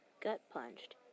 gut-punched